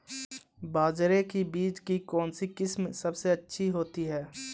बाजरे के बीज की कौनसी किस्म सबसे अच्छी होती है?